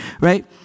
right